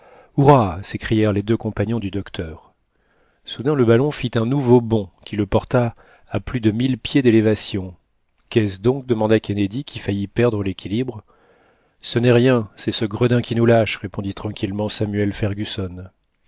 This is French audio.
hurrah s'écrièrent les deux compagnons du docteur soudain le ballon fit un nouveau bond qui le porta à plus de mille pieds d'élévation qu'est-ce donc demanda kennedy qui faillit perdre l'équilibre ce n'est rien c'est ce gredin qui nous lâche répondit tranquillement samuel fergusson